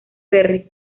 ferry